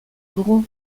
dugu